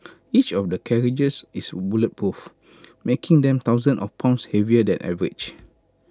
each of the carriages is bulletproof making them thousands of pounds heavier than average